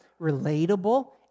relatable